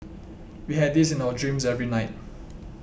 we had this in our dreams every night